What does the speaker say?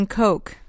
coke